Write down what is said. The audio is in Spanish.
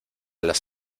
las